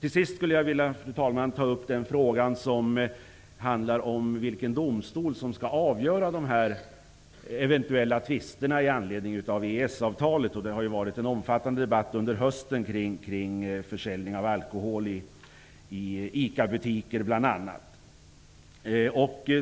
Till sist skulle jag vilja ta upp den fråga som handlar om vilken domstol som skall avgöra eventuella tvister med anledning av EES-avtalet. Det har under hösten förts en omfattande debatt kring bl.a. försäljning av alkohol i ICA-butiker.